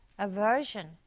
Aversion